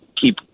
keep